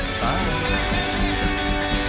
Bye